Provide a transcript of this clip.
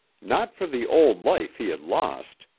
not for the old life he had lost,